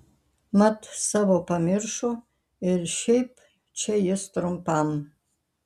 mat savo pamiršo ir šiaip čia jis trumpam